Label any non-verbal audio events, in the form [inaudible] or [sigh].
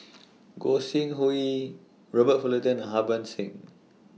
[noise] Gog Sing Hooi Robert Fullerton and Harbans Singh